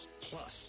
Plus